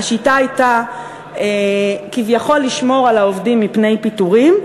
השיטה הייתה כביכול לשמור על העובדים מפני פיטורים,